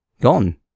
gone